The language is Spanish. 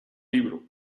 libro